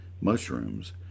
mushrooms